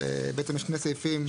בעצם יש שני סעיפים,